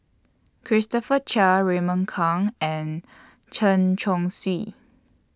Christopher Chia Raymond Kang and Chen Chong Swee